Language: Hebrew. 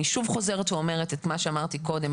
אני שוב חוזרת ואומרת מה שאמרתי קודם.